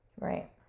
Right